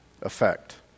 effect